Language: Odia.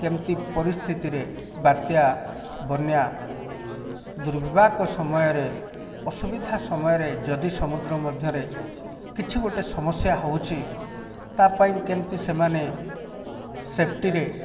କେମିତି ପରିସ୍ଥିତିରେ ବାତ୍ୟା ବନ୍ୟା ଦୁର୍ବିପାକ ସମୟରେ ଅସୁବିଧା ସମୟରେ ଯଦି ସମୁଦ୍ର ମଧରେ କିଛି ଗୋଟେ ସମସ୍ୟା ହେଉଛି ତା' ପାଇଁ କେମିତି ସେମାନେ ସେଫ୍ଟିରେ